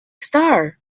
star